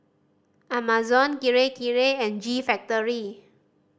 Amazon Kirei Kirei and G Factory